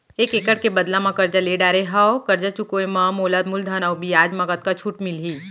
एक एक्कड़ के बदला म करजा ले डारे हव, करजा चुकाए म मोला मूलधन अऊ बियाज म कतका छूट मिलही?